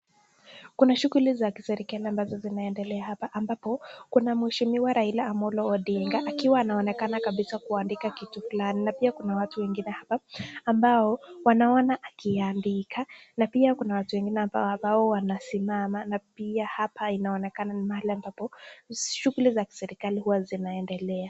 Kuna shughuli za kiserikali ambazo zinaendelea hapa ambapo kuna mheshimiwa Raila Amollo Odinga akiwa anaonekana kabisa kuandika kitu fulani na pia kuna watu wengine hapa ambao wanaona akiandika na pia kuna watu wengine ambao wanasimama na pia hapa inaonekana ni mahali ambapo shughuli za kiserikali huwa zinaendelea.